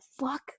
fuck